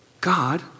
God